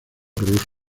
ruso